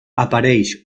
apareix